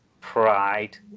Pride